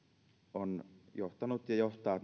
on johtanut ja johtaa